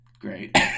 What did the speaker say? Great